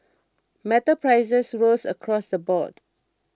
metal prices rose across the board